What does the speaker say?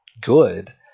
good